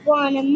one